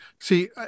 See